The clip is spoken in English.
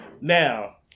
now